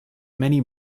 many